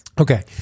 Okay